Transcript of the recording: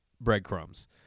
Breadcrumbs